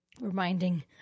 reminding